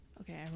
Okay